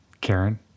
Karen